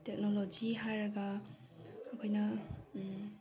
technology ꯍꯥꯏꯔꯒ ꯑꯩꯈꯣꯏꯅ